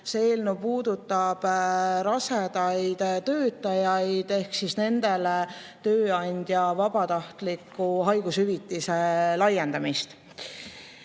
eelnõu puudutab rasedaid töötajaid ehk nendele tööandja vabatahtliku haigushüvitise laiendamist.